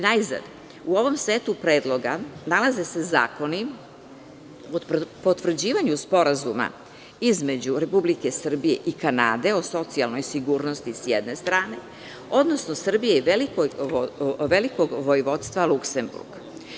Najzad, u ovom setu predloga nalaze se zakoni o potvrđivanju sporazuma između Republike Srbije i Kanade o socijalnoj sigurnosti, s jedne strane, odnosno Srbije i Velikog Vojvodstva Luksemburg.